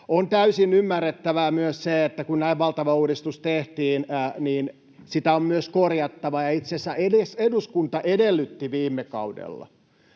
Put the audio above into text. On täysin ymmärrettävää myös se, että kun näin valtava uudistus tehtiin, niin sitä on myös korjattava. Itse asiassa eduskunta edellytti viime kaudella,